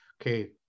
okay